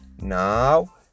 now